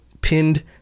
pinned